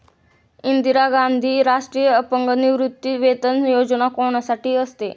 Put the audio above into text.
इंदिरा गांधी राष्ट्रीय अपंग निवृत्तीवेतन योजना कोणासाठी असते?